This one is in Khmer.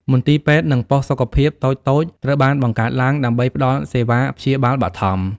មន្ទីរពេទ្យ និងប៉ុស្តិ៍សុខភាពតូចៗត្រូវបានបង្កើតឡើង ដើម្បីផ្ដល់សេវាព្យាបាលបឋម។